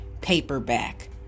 paperback